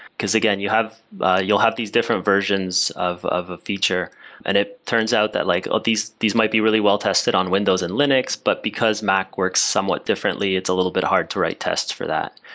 because again, you'll have ah you'll have these different versions of of a feature and it turns out that like, oh, these these might be really well tested on windows and linux, but because mac works somewhat differently, it's a little bit hard to write tests for that,